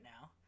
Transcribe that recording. now